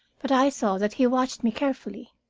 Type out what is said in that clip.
but i saw that he watched me carefully,